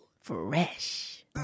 Fresh